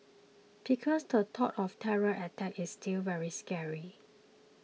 because the thought of terror attacks is still very scary